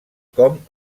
com